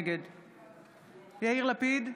נגד יאיר לפיד,